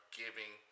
giving